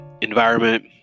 environment